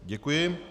Děkuji.